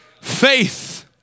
Faith